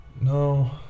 no